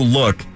look